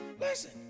listen